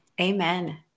Amen